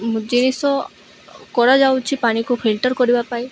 ଜିନିଷ କରାଯାଉଛି ପାଣିକୁ ଫିଲ୍ଟର୍ କରିବା ପାଇଁ